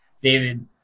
David